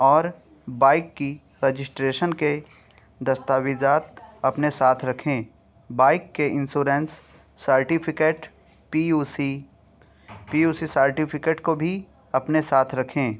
اور بائک کی رجسٹریشن کے دستاویزات اپنے ساتھ رکھیں بائک کے insurance certificate P U C P U C certificate کو بھی اپنے ساتھ رکھیں